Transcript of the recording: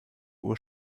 uhr